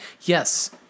Yes